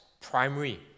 primary